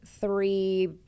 three